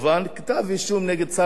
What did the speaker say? כתב-אישום נגד שר החוץ.